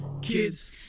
kids